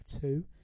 two